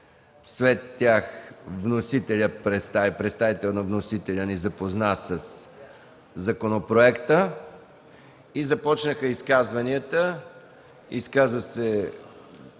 след тях представител на вносителя ни запозна със законопроекта. Започнаха изказванията. Изказа се